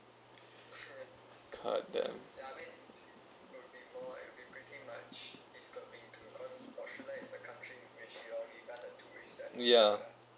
goddamn yeah